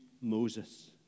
Moses